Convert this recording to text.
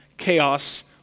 chaos